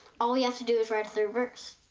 all we have to do is write a third verse.